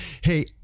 Hey